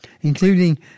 including